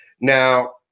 Now